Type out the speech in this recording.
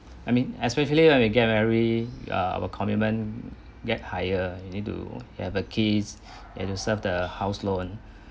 I mean especially when we get married err our commitment get higher you need to have the kids and serve the house loan